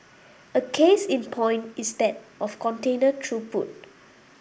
a case in point is that of container throughput